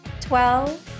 Twelve